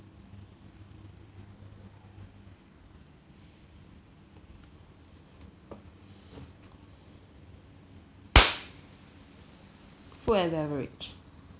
food and beverage